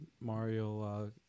Mario